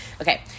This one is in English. Okay